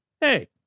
Hey